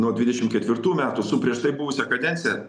nuo dvidešim ketvirtų metų su prieš tai buvusia kadencija